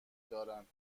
دارند